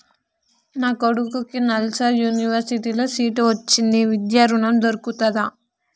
నా కొడుకుకి నల్సార్ యూనివర్సిటీ ల సీట్ వచ్చింది విద్య ఋణం దొర్కుతదా?